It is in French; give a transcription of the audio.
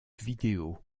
vidéo